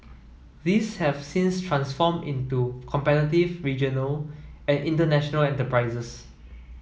these have since transformed into competitive regional and international enterprises